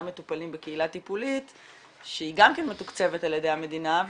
מטופלים בקהילה טיפולים שהיא גם כן מתוקצבת על ידי המדינה.